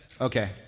Okay